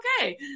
okay